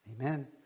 Amen